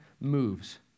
moves